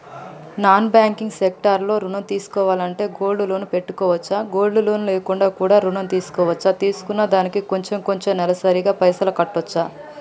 Non banking sector లో ఋణం తీసుకోవాలంటే గోల్డ్ లోన్ పెట్టుకోవచ్చా? గోల్డ్ లోన్ లేకుండా కూడా ఋణం తీసుకోవచ్చా? తీసుకున్న దానికి కొంచెం కొంచెం నెలసరి గా పైసలు కట్టొచ్చా?